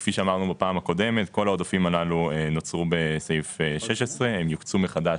כפי שאמרנו בפעם הקודמת כל העודפים הללו נוצרו בסעיף 16. הם יוקצו מחדש